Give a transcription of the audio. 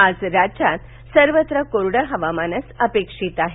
आज राज्यात सर्वत्र कोरडं हवामानच अपेक्षित आहे